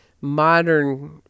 modern